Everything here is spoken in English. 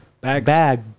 bag